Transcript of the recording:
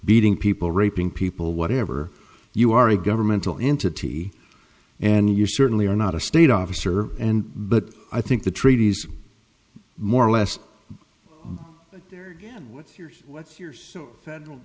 beating people raping people whatever you are a governmental entity and you certainly are not a state officer and but i think the treaties more or less yeah what's yours what's yours federal